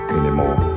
anymore